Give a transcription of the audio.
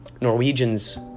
Norwegians